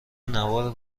نوار